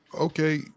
Okay